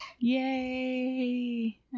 Yay